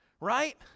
right